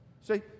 See